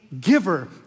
giver